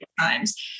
times